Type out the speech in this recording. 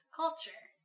culture